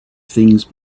things